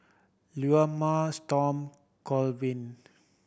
Leoma Storm Colvin